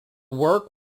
work